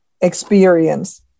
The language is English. experience